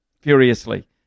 furiously